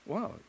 Wow